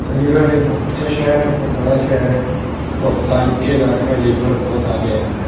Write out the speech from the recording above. علی گڑھ ایک بہت اچھا شہر ہے بہت بڑا شہر ہے اور تعلیم کے ادارے میں علی گڑھ بہت آگے ہے